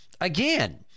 again